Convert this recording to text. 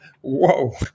whoa